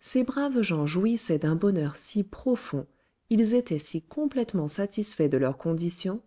ces braves gens jouissaient d'un bonheur si profond ils étaient si complètement satisfaits de leur condition